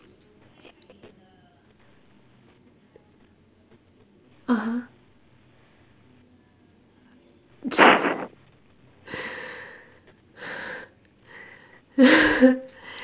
(uh huh)